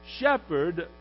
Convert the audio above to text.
shepherd